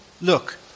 Look